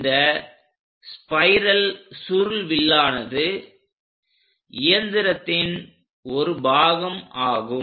இந்த ஸ்பைரல் சுருள்வில்லானது இயந்திரத்தின் ஒரு பாகம் ஆகும்